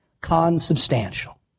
consubstantial